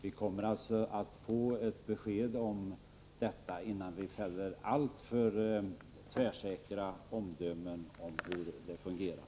Vi bör alltså invänta besked om detta, innan vi fäller alltför tvärsäkra omdömen om hur det hela fungerar.